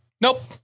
Nope